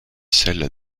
celle